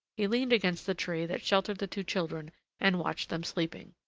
he leaned against the tree that sheltered the two children and watched them sleeping.